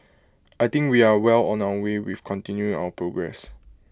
I think we are well on our way with continuing our progress